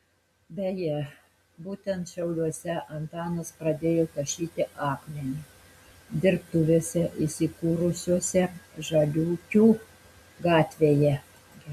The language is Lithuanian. beje būtent šiauliuose antanas pradėjo tašyti akmenį dirbtuvėse įsikūrusiose žaliūkių gatvėje